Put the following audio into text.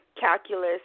calculus